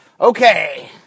Okay